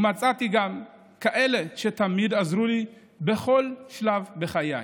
ומצאתי גם כאלה שתמיד עזרו לי בכל שלב בחיי.